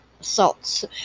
assaults